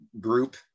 group